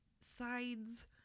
sides